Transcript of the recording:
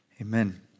Amen